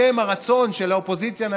בשם הרצון של האופוזיציה,